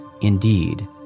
indeed